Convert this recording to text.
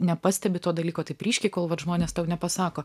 nepastebi to dalyko taip ryškiai kol vat žmonės tau nepasako